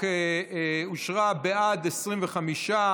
יש שלוש שאילתות ברצף.